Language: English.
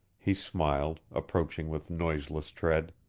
he smiled, approaching with noiseless tread.